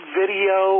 video